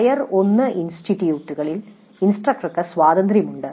tyre 1 ഇൻസ്റ്റിറ്റ്യൂട്ടുകളിൽ ഇൻസ്ട്രക്ടർക്ക് സ്വാതന്ത്ര്യമുണ്ട്